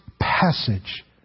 passage